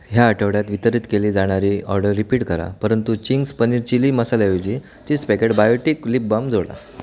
ह्या आठवड्यात वितरित केली जाणारी ऑर्डर रिपीट करा परंतु चिंग्ज पनीर चिली मसालाऐवजी तीस पॅकेट बायोटिक लिपबाम जोडा